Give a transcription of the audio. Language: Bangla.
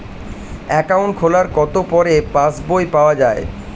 অ্যাকাউন্ট খোলার কতো পরে পাস বই পাওয়া য়ায়?